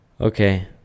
okay